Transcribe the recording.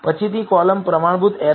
પછીની કોલમ પ્રમાણભૂત એરર છે